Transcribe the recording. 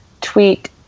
tweet